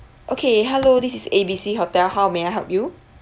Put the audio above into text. okay hello this is A B C hotel how may I help you